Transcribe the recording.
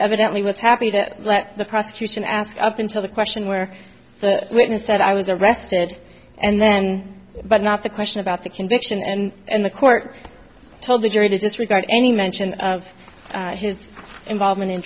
evidently was happy to let the prosecution ask up until the question where the witness said i was arrested and then but not the question about the conviction and the court told the jury to disregard any mention of his involvement in